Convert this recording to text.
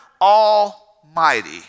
almighty